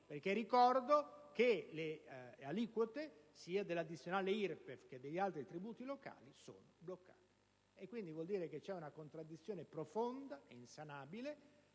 perché ricordo che le aliquote, sia dell'addizionale IRPEF che degli altri tributi locali, sono bloccate. Ciò vuol dire che esiste una contraddizione profonda e insanabile,